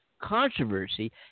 Controversy